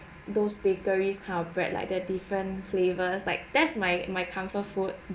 those bakery style bread like the different flavours like that's my my comfort food